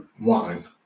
wine